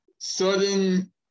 sudden